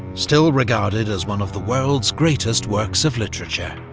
still regarded as one of the world's greatest works of literature.